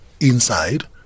inside